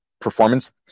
performance